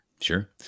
Sure